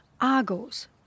Argos